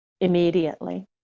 immediately